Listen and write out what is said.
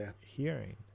hearing